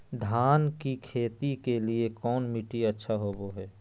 धान की खेती के लिए कौन मिट्टी अच्छा होबो है?